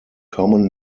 common